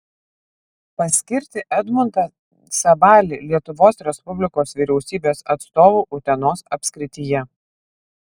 paskirti edmundą sabalį lietuvos respublikos vyriausybės atstovu utenos apskrityje